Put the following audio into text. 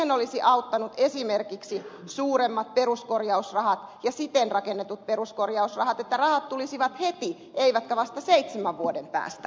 siihen olisivat auttaneet esimerkiksi suuremmat peruskorjausrahat ja siten rakennetut peruskorjausrahat että rahat tulisivat heti eivätkä vasta seitsemän vuoden päästä